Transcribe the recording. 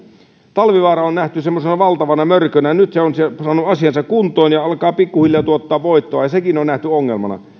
talvivaara on nähty semmoisena valtavana mörkönä ja kun se nyt on saanut asiansa kuntoon ja alkaa pikkuhiljaa tuottaa voittoa sekin on nähty ongelmana